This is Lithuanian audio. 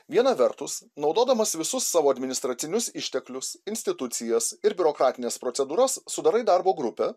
viena vertus naudodamas visus savo administracinius išteklius institucijas ir biurokratines procedūras sudarai darbo grupę